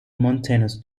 mountainous